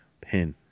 pin